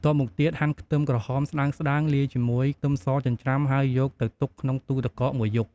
បន្ទាប់មកទៀត ហាន់ខ្ទឹមក្រហមស្តើងៗលាយជាមួយខ្ទឹមសចិញ្ច្រាំ ហើយយកទៅទុកក្នុងទូរទឹកកកមួយយប់។